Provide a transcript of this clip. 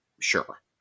sure